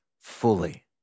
fully